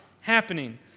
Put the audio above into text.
Happening